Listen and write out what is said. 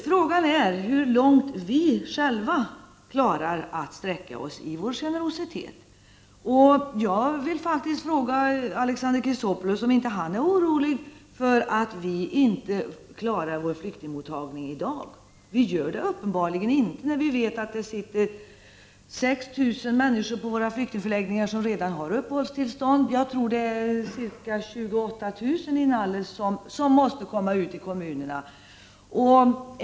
Frågan är hur långt vi själva klarar att sträcka oss i vår generositet. Jag vill fråga Alexander Chrisopoulos om inte han är orolig för att vi inte klarar vår flyktingmottagning i dag. Vi gör det uppenbarligen inte, när det sitter 6 000 människor som redan har uppehållstillstånd på flyktingförläggningarna och det är ca 28 000 inalles som måste komma ut i kommunerna.